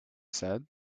said